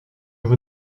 vous